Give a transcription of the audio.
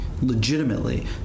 legitimately